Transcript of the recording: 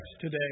today